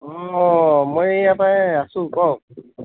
অ মই ইয়াতে আছোঁ কওক